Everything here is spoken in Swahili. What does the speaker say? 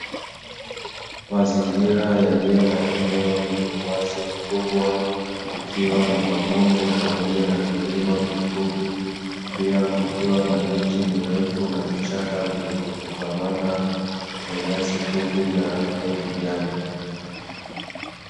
Mazingira yaliyo na eneo lenye uwazi mkubwa kukiwa na mabonde pamoja na vilima vifupi pia kukiwa na miti mirefu na vichaka vilivyofungamana na nyasi fupi za rangi ya kijani.